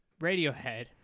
Radiohead